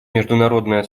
международное